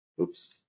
oops